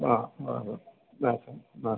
ആ മാറും ലേശം മാറും